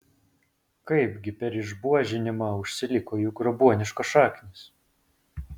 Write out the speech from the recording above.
kaipgi per išbuožinimą užsiliko jų grobuoniškos šaknys